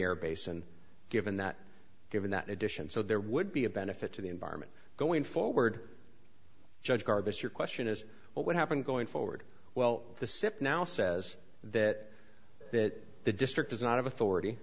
air base and given that given that addition so there would be a benefit to the environment going forward judge garbus your question is what would happen going forward well the sip now says that that the district is not of authority